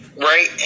right